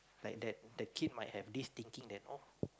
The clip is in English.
like that the kid might have this thinking that oh